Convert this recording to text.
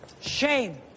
Shame